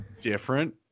different